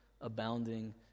abounding